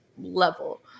level